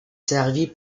servie